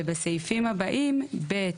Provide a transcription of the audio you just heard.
ובסעיפים הבאים ב',